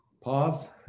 pause